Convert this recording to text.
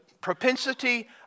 propensity